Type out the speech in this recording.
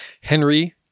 Henry